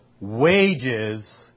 wages